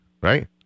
right